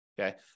okay